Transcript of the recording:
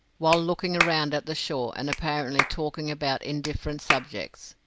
while looking round at the shore, and apparently talking about indifferent subjects,